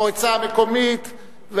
המועצה המקומית,